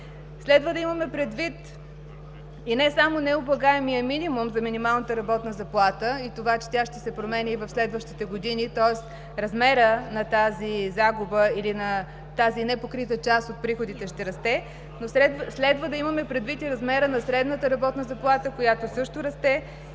Следва да имаме предвид и не само необлагаемия минимум за минималната работна заплата и това, че тя ще се променя и в следващите години, тоест размерът на тази загуба или на тази непокрита част от приходите ще расте, но следва да имаме предвид и размера на средната работна заплата, която също расте